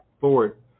forward